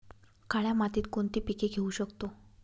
काळ्या मातीत कोणती पिके घेऊ शकतो?